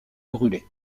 brûlés